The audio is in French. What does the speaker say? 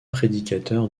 prédicateur